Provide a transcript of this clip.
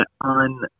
on